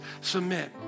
submit